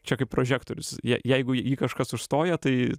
čia kaip prožektorius je jeigu jį kažkas užstoja tai